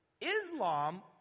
Islam